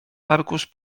arkusz